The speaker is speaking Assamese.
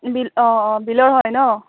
বিল অঁ অঁ বিলৰ হয় ন